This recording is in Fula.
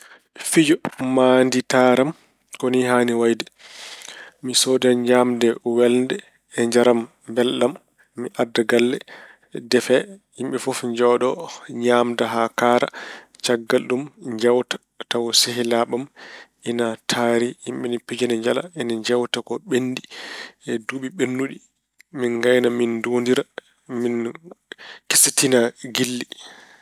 Fijo maanditaare am ko haani wayde: Mi soodoya ñaamde welde e njaram mbelɗam. Mi addata galle, defe. Yimɓe fof njoondo, ñaamda haa kaara. Caggal ɗum, jeewta tawa sehilaaɓe am ine taari. Yimɓe ine pija ine njala. Ine njeewta ko ɓenni e duuɓi ɓennuɗi. Min ngayna min nduwondira. Min kesɗitina giɗli.